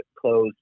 close